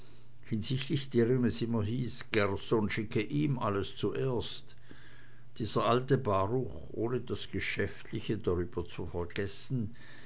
hinsichtlich deren es immer hieß gerson schicke ihm alles zuerst dieser alte baruch ohne das geschäftliche darüber zu vergessen